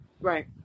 Right